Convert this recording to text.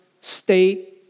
state